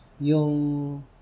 Yung